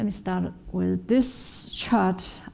and start ah with this chart.